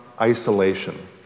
isolation